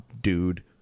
dude